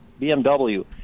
BMW